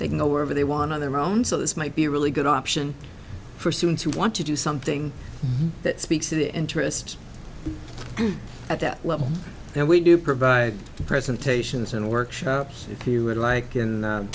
they can go wherever they want on their own so this might be really good option for students who want to do something that speaks to their interest at that level and we do provide presentations and workshops if you would like